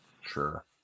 Sure